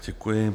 Děkuji.